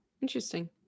interesting